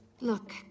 look